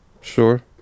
Sure